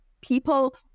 people